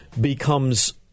becomes